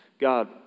God